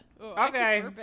Okay